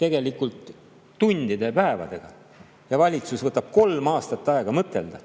tegelikult tundide ja päevadega, ja valitsus võtab kolm aastat aega mõtelda,